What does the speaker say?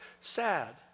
sad